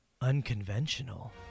Unconventional